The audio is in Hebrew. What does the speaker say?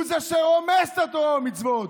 והוא שרומס את התורה והמצוות.